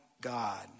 God